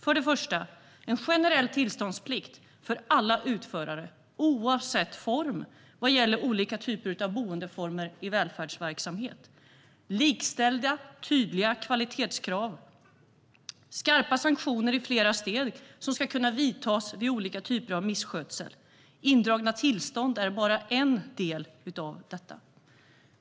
För det första vill vi se en generell tillståndsplikt för alla utförare, oavsett form, vad gäller olika boendeformer i välfärdsverksamhet. Kvalitetskrav ska vara likställda och tydliga. Skarpa sanktioner i flera steg ska kunna vidtas vid olika typer av misskötsel. Indragna tillstånd är bara en del av detta.